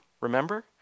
remember